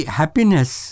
happiness